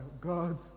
God